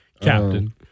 Captain